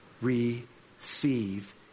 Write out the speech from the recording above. receive